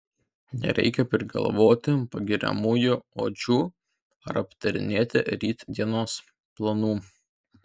nereikia prigalvoti pagiriamųjų odžių ar aptarinėti rytdienos planų